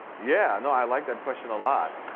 yeah, no i like that question a lot.